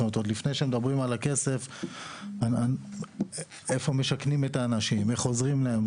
זה עוד לפני שמדברים על הכסף ואיפה משכנים את האנשים ואיך עוזרים להם.